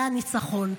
זה הניצחון.